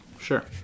Sure